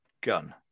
gun